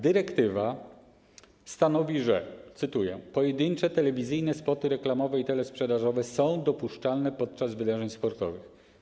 Dyrektywa stanowi, cytuję: Pojedyncze telewizyjne spoty reklamowe i telesprzedażowe są dopuszczalne podczas wydarzeń sportowych.